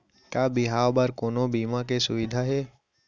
का बिहाव बर कोनो बीमा के सुविधा हे?